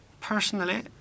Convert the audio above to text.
Personally